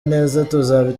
neza